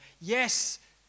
Yes